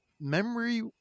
Memory